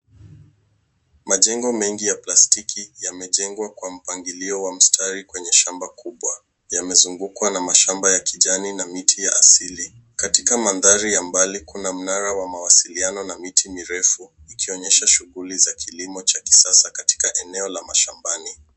Majengo mengi ya plastiki yamejengwa kwa mpangilio wa mstari kwenye shamba kubwa. Yamezungukwa na mashamba ya kijani na miti ya asili. Katika mandhari ya mbali kuna mnara wa mawasiliano na miti mirefu ikionyesha shughuli za kilimo cha kisasa katika eneo la mashambani.